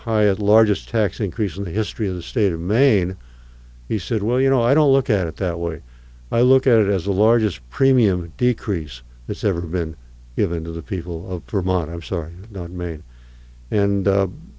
highest largest tax increase in the history of the state of maine he said well you know i don't look at it that way i look at it as a largest premium decrease it's ever been given to the people of vermont i'm sorry maine and